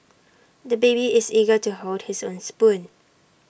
the baby is eager to hold his own spoon